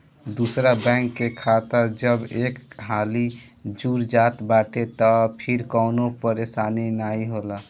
दूसरा बैंक के खाता जब एक हाली जुड़ जात बाटे तअ फिर कवनो परेशानी नाइ होला